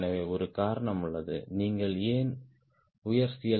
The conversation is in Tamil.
எனவே ஒரு காரணம் உள்ளது நீங்கள் ஏன் உயர் சி